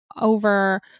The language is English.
Over